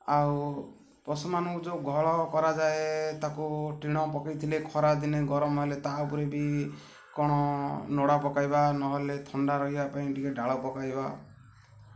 ଆଉ ପଶୁମାନଙ୍କୁ ଯୋଉ ଗଳ କରାଯାଏ ତା'କୁ ଟିଣ ପକେଇଥିଲେ ଖରାଦିନେ ଗରମ ହେଲେ ତା ଉପରେ ବି କ'ଣ ନଡ଼ା ପକାଇବା ନହେଲେ ଥଣ୍ଡା ରହିବା ପାଇଁ ଟିକେ ଡାଳ ପକାଇବା